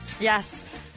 Yes